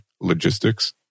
logistics